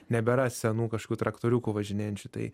nebėra senų kažkokių traktoriukų važinėjančių tai